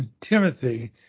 Timothy